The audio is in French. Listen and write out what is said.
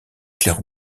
clair